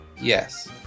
Yes